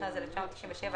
התשנ"ז-1997 (להלן,